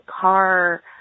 car